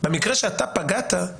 במקרה שאתה פגעת,